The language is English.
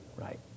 right